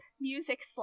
Music